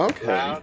Okay